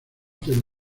del